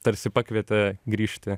tarsi pakvietė grįžti